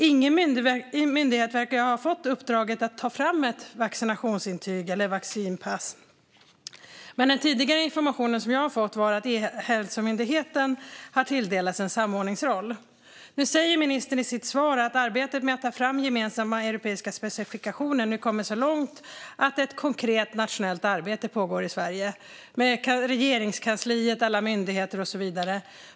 Ingen myndighet verkar ännu ha fått uppdraget att ta fram ett vaccinationsintyg, eller vaccinpass, men den tidigare informationen var att Ehälsomyndigheten har tilldelats en samordningsroll. Nu säger ministern i sitt svar att arbetet med att ta fram gemensamma europeiska specifikationer nu kommit så långt att ett konkret nationellt arbete pågår i Sverige på Regeringskansliet, alla myndigheter och så vidare.